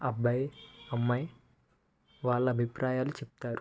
అబ్బాయి అమ్మాయి వాళ్ళ అభిప్రాయాలు చెపుతారు